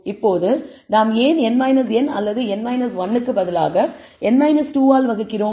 இப்போது நாம் ஏன் n n அல்லது n 1 க்கு பதிலாக n 2 ஆல் வகுக்கிறோம்